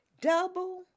double